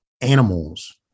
animals